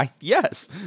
yes